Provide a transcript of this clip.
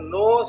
no